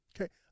Okay